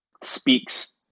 speaks